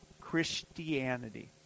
Christianity